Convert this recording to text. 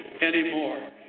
anymore